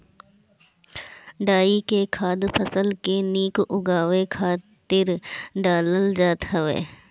डाई के खाद फसल के निक उगावे खातिर डालल जात हवे